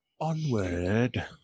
Onward